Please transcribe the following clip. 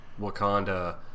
Wakanda